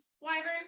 wyvern